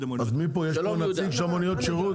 המינוע וגם עם התשתיות שיש לנו וכן הלאה,